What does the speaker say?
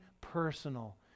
personal